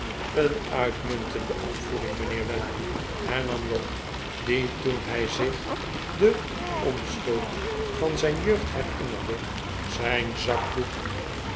een uitmuntende opvoeding mijnheer weller hernam job die toen hij zich de onschuld van zijn jeugd herinnerde zijn zakdoek